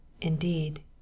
indeed